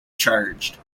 charged